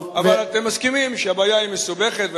אבל אתם מסכימים שהבעיה היא מסובכת,